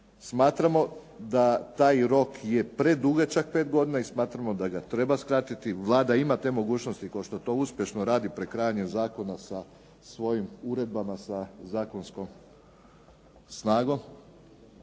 smatramo da taj rok je predugačak 5 godina, i smatramo da ga treba skratiti. Vlada ima te mogućnosti kao što to uspješno radi prekrajanjem zakona sa svojim uredbama sa zakonskom snagom.